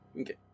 Okay